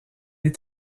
est